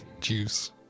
juice